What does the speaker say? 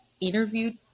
interviewed